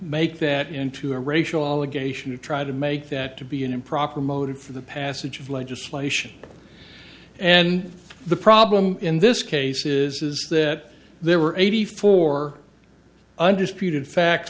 make that into a racial allegation you try to make that to be an improper motive for the passage of legislation and the problem in this cases is that there were eighty four undisputed facts